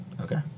Okay